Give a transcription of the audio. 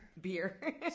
beer